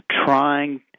trying